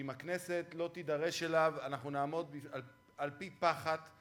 שאם הכנסת לא תידרש אליו אנחנו נעמוד על פי פחת.